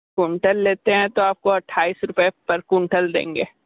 quintal लेते हैं तो आपको अट्ठाईस रुपये पर कुंटल देंगे